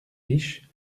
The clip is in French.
riche